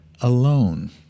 alone